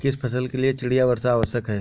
किस फसल के लिए चिड़िया वर्षा आवश्यक है?